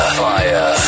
fire